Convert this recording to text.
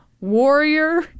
warrior